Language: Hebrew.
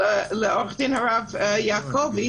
שהוא הרבה יותר חמור מצו עיכוב,